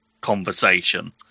conversation